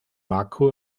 marco